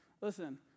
Listen